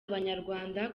abanyarwanda